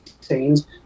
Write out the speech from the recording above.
scenes